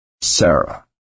Sarah